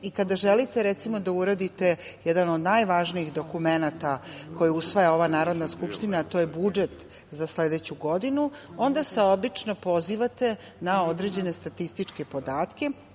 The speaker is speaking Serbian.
i kada želite, recimo, da uradite jedan od najvažnijih dokumenata koje usvaja ova Narodna skupština, a to je budžet za sledeću godinu, onda se obično pozivate na određene statističke podatke